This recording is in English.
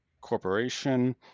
corporation